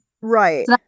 Right